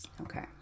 Okay